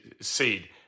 seed